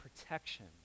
protection